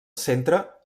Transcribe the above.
centre